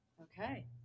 Okay